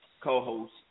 Co-host